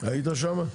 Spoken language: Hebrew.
היית שם?